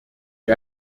die